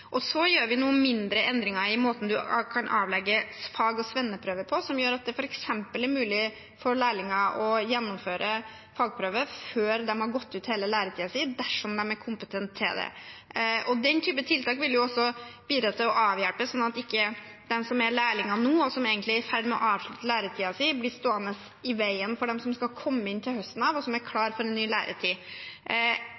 gjør noen mindre endringer i måten man kan avlegge fag- og svenneprøve på, som gjør at det f.eks. er mulig for lærlinger å gjennomføre fagprøve før de har gått ut hele læretiden sin, dersom de er kompetente til det. Den typen tiltak vil også bidra til å avhjelpe, sånn at ikke de som er lærlinger nå, og som egentlig er i ferd med å avslutte læretiden sin, blir stående i veien for dem som skal komme inn fra høsten av, og som er